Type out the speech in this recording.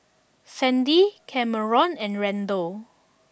Sandy Kameron and Randall